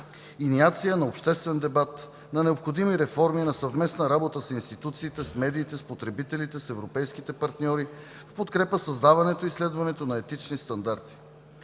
иниация на обществен дебат, на необходими реформи на съвместна работа с институциите, с медиите, с потребителите, с европейските партньори в подкрепа създаването и следването на етични стандарти.